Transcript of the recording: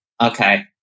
Okay